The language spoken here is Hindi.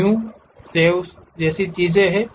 न्यू सेव सेव जैसी चीजें है